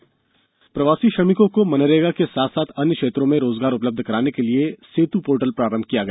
प्रवासी रोजगार प्रवासी श्रमिकों को मनरेगा के साथ साथ अन्य क्षेत्रों में रोजगार उपलब्ध कराने के लिए सेतु पोर्टल प्रारंभ किया गया